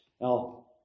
Now